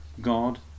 God